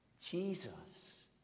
Jesus